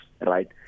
Right